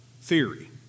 theory